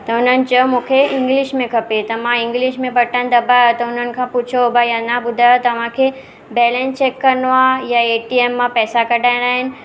त हुननि चयो मूंखे इंग्लिश में खपे त मां इंग्लिश में बटन दॿायो त हुननि खां पुछो भई अञा ॿुधायो तव्हांखे बैलेंस चैक करिणो आहे या एटीएम मां पैसा कढाइणा आहिनि